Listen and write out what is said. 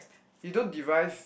you don't derive